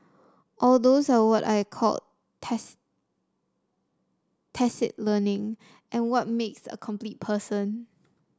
all those are what I call tacit learning and what makes a complete person